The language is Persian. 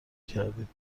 کردیم